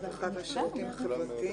הרווחה והשירותים החברתיים.